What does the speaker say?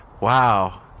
wow